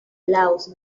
laos